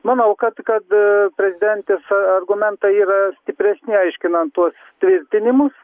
manau kad kad prezidentės argumentai yra stipresni aiškinant tuos tvirtinimus